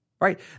right